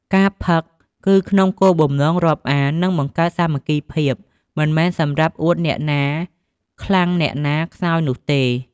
ការផឹកគឺក្នុងគោលបំណង រាប់អាន និងបង្កើនសាមគ្គីភាព មិនមែនសម្រាប់អួតអ្នកណាខ្លាំងអ្នកណាខ្សោយនោះទេ។